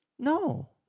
No